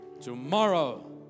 Tomorrow